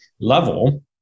level